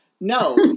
No